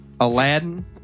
Aladdin